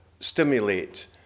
stimulate